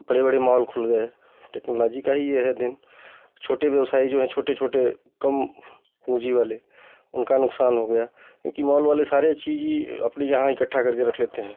बड़े बड़े माॅल खुल गए टेक्नोलाॅजी का ही ये है देन छोटे व्यवसायी जो हैं छोटे छोटे कम पूंजी वाले उनका नुकसान हो गया क्योंकि मॉल वाले सारे चीज़ ही अपने यहाँ इकट्ठा करके रख लेते हैं